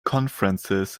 conferences